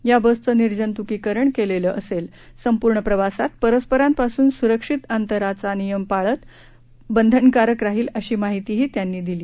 या बसचं निर्जंतुकीकरणं केलेलं असेल संपूर्ण प्रवासात परस्परांपासून सुरक्षित अंतराचे नियम पाळणं बंधनकारक राहील अशी माहितीही त्यांनी दिली